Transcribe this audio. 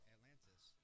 Atlantis